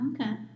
Okay